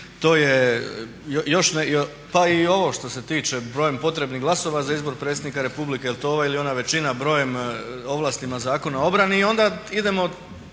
pa i ovo što se tiče broja potrebnih glasova za izbor predsjednika Republike, jel to ova ili ona većina, brojem ovlastima Zakona o obrani i onda idemo